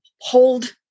hold